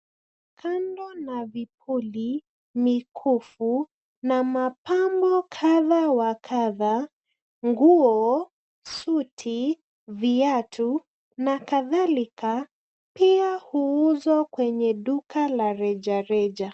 Kando na vipuli, mikufu, na mapambo kadha wa kadha, nguo ,suti, viatu na kadhalika, pia huuzwa kwenye duka la rejareja.